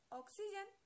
oxygen